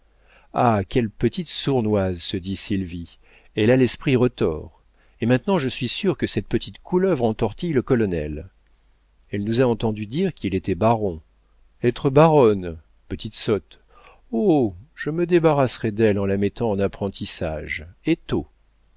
ah quelle petite sournoise se dit sylvie elle a l'esprit retors et maintenant je suis sûre que cette petite couleuvre entortille le colonel elle nous a entendus dire qu'il était baron être baronne petite sotte oh je me débarrasserai d'elle en la mettant en apprentissage et